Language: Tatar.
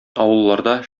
авылларда